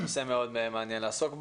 נושא מאוד מעניין לעסוק בו,